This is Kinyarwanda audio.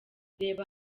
reba